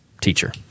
teacher